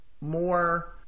more